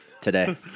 today